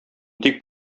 тик